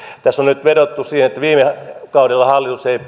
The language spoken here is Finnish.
tässä on nyt vedottu siihen että viime kaudella hallitus ei